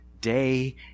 day